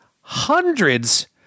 hundreds